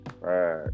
Right